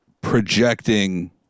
projecting